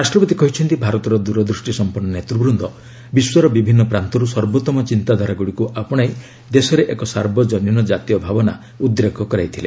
ରାଷ୍ଟ୍ରପତି କହିଛନ୍ତି ଭାରତର ଦୂରଦୃଷ୍ଟି ସମ୍ପନ୍ନ ନେତୃବୃନ୍ଦ ବିଶ୍ୱର ବିଭିନ୍ନ ପ୍ରାନ୍ତରୁ ସର୍ବୋତ୍ତମ ଚିନ୍ତାଧାରାଗୁଡ଼ିକୁ ଆପଣାଇ ଦେଶରେ ଏକ ସାର୍ବଜନୀନ ଜାତୀୟ ଭାବନା ଉଦ୍ଦେକ କରାଇଥିଲେ